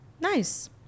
Nice